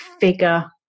figure